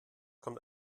kommt